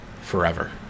forever